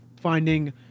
finding